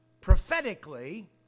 prophetically